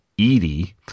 Edie